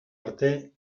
arte